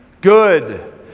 Good